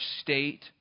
state